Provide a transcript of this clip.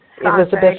Elizabeth